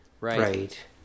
right